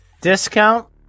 discount